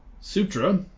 Sutra